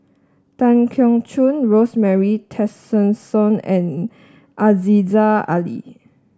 Tan Keong Choon Rosemary Tessensohn and Aziza Ali